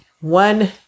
one